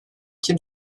kim